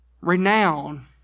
renown